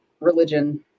religion